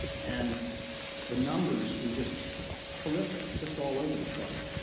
and the numbers were just horrific, just all over the place.